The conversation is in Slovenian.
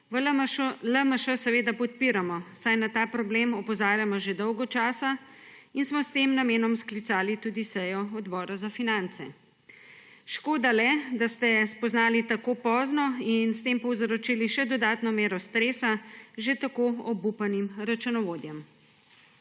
v LMŠ podpiramo, saj na ta problem opozarjamo že dolgo časa in smo s tem namenom sklicali tudi sejo Odbora za finance. Škoda le, da ste spoznali tako pozno in s tem povzročili še dodatno mero stresa že tako obupanim računovodjem.